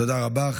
תודה רבה.